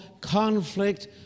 conflict